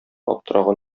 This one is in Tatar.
аптыраган